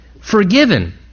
forgiven